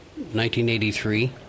1983